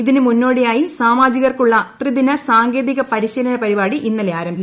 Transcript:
ഇതിന് മുന്നോടിയായി സാമാജികർക്കുള്ള ത്രിദിന സാങ്കേതിക പരിശീലന പരിപാടി ഇന്നലെ ആരംഭിച്ചു